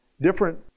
Different